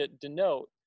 denote